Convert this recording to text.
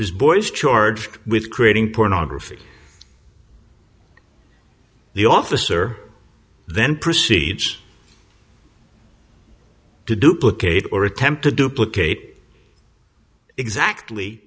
is boies charged with creating pornography the officer then proceeds to duplicate or attempt to duplicate exactly